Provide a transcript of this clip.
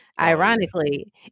ironically